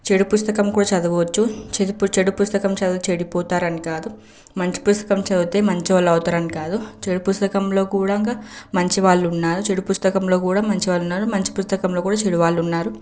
చెడు పుస్తకం కూడా చదవవచ్చు చెదిపొ చెడు పుస్తకం చదివితే చెడిపోతారని కాదు మంచి పుస్తకం చదివితే మంచోళ్ళు అవుతారని కాదు చెడు పుస్తకంలో కూడా మంచివాళ్ళున్నారు చెడుపుస్తకంలో కూడా మంచివాళ్ళు ఉన్నారు మంచిపుస్తకంలో కూడా చెడ్డవాళ్ళు ఉన్నారు